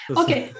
okay